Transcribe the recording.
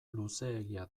luzeegia